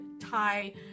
Thai